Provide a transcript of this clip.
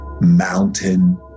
Mountain